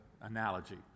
analogy